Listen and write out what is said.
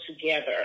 together